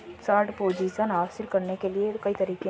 short position हासिल करने के कई तरीके हैं